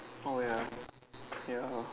oh ya ya